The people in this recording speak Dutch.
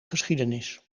geschiedenis